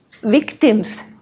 Victims